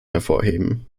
hervorheben